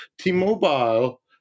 T-Mobile